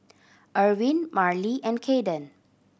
Erwin Marlee and Kayden